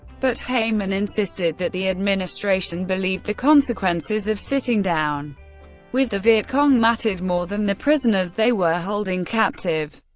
but heymann insisted that the administration believed the consequences of sitting down with the viet cong mattered more than the prisoners they were holding captive.